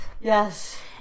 Yes